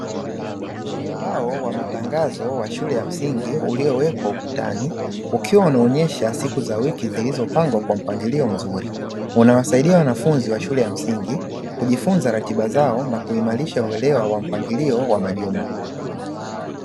Ubao wa matangazo wa shule ya msingi uliowekwa ukutani, ukiwa unaonyesha siku za wiki zilizopangwa kwa mpangilio mzuri. Unawasaidia wanafunzi wa shule ya msingi, kujifunza ratiba zao na kuimarisha uelewa wa mpangilio wa majuma.